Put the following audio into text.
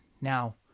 Now